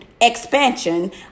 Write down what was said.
expansion